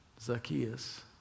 Zacchaeus